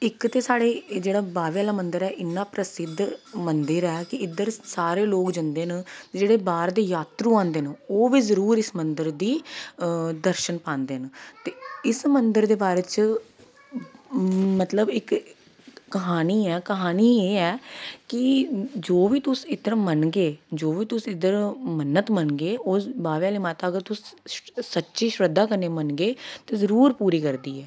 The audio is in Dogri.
इक ते साढ़े एह् जेह्ड़ा बाह्वे आह्ला मन्दर इन्ना प्रसिद्ध मन्दर ऐ कि इद्धर सारे लोग जंदे न जेह्ड़े बाह्र दे जात्तरू आंदे न ओह् बी जरूर इस मन्दर दी दर्शन पांदे न ते इस मन्दर दे बारे च मतलब इक क्हानी ऐ क्हानी एह् ऐ कि जो बी तुस इद्धर मन्नगे जो बी तुस इद्धर मन्नत मंगगे ओह् बाह्वे आह्ली माता अगर तुस सच्ची शरधा कन्नै मन्नगे ते जरूर पूरी करदी ऐ